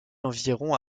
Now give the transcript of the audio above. environ